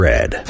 Red